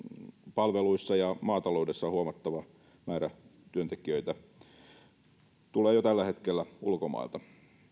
palveluissa ja maataloudessa huomattava määrä työntekijöitä tulee jo tällä hetkellä ulkomailta